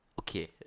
Okay